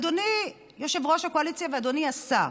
אדוני יושב-ראש הקואליציה ואדוני השר,